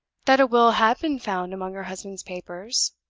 that a will had been found among her husband's papers,